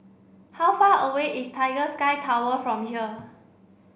how far away is Tiger Sky Tower from here